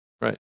Right